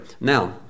Now